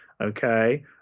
okay